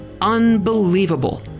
unbelievable